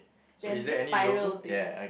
there's this spiral thing